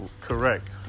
Correct